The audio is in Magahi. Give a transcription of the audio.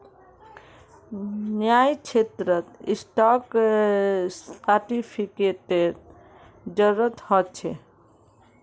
न्यायक्षेत्रत स्टाक सेर्टिफ़िकेटेर जरूरत ह छे